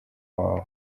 wawe